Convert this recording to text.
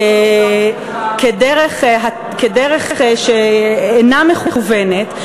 כדרך שאינה מכוונת.